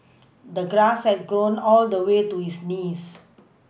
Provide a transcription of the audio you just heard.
the grass had grown all the way to his knees